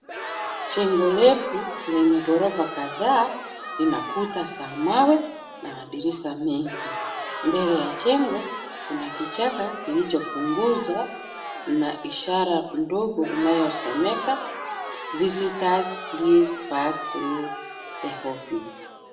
Jengo refu lenye ghorofa kadhaa lina kuta za mawe na madirisha mengi. Mbele ya jengo, kuna kichaka kilichopunguza na ishara ndogo inayosomeka visitors please pass through the office .